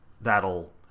that'll